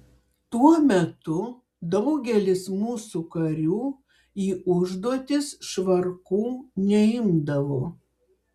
tuo metu daugelis mūsų karių į užduotis švarkų neimdavo